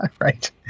Right